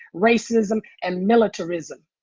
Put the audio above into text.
racism and militarism.